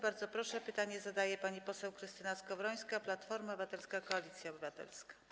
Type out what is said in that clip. Bardzo proszę, pytanie zadaje pani poseł Krystyna Skowrońska, Platforma Obywatelska - Koalicja Obywatelska.